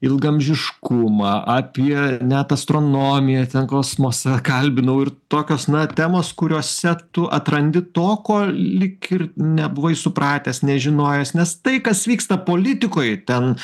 ilgaamžiškumą apie net astronomiją ten kosmosą kalbinau ir tokios na temos kuriose tu atrandi to ko lyg ir nebuvai supratęs nežinojęs nes tai kas vyksta politikoj ten